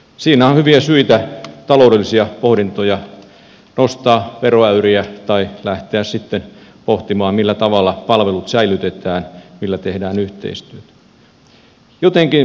siinä on hyviä syitä taloudellisia pohdintoja nostaa veroäyriä tai lähteä sitten pohtimaan millä tavalla palvelut säilytetään millä tehdään yhteistyötä